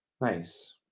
Nice